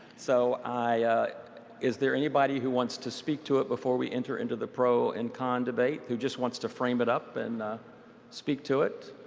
so is there anybody who wants to speak to it before we enter into the pro and con debate? who just wants to frame it up and speak to it?